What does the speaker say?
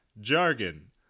jargon